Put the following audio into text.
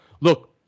look